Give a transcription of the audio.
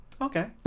Okay